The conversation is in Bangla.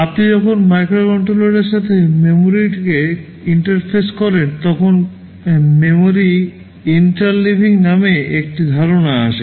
আপনি যখন মাইক্রোকন্ট্রোলারের সাথে মেমরিটিকে ইন্টারফেস করেন তখন মেমোরি ইন্টারলিভিং নামে একটি ধারণা আসে